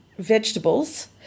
vegetables